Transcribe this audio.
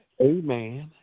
Amen